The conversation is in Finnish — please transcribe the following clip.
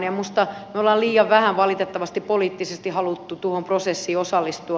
minusta me olemme liian vähän valitettavasti poliittisesti halunneet tuohon prosessiin osallistua